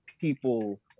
people